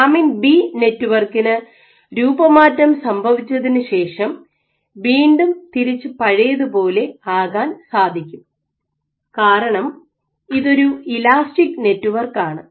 lamin B നെറ്റ്വർക്കിന് രൂപമാറ്റം സംഭവിച്ചതിനുശേഷം വീണ്ടും തിരിച്ച് പഴയതുപോലെ ആകാൻ സാധിക്കും കാരണം ഇതൊരു ഇലാസ്റ്റിക് നെറ്റ്വർക്ക് ആണ്